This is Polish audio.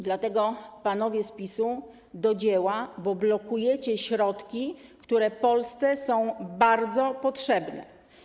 Dlatego, panowie z PiS-u, do dzieła, bo blokujecie środki, które Polsce są bardzo potrzebne.